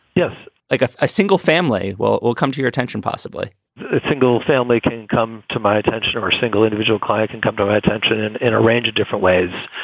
yes. like a ah single family. well, we'll come to your attention, possibly single family can come to my attention or single individual client and come to my attention in a range of different ways.